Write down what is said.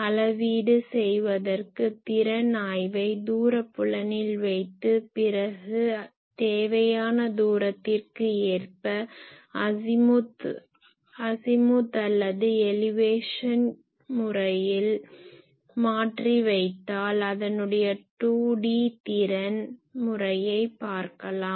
அளவீடு செய்வதற்கு திறன் ஆய்வை தூரப் புலனில் வைத்து பிறகு தேவையான தூரத்திற்கு ஏற்ப அசிமுத் அல்லது எலிவேஷன் கோண முறையில் மாற்றி வைத்தால் அதனுடைய 2D திறன் முறையைப் பார்க்கலாம்